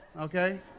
okay